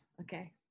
Okay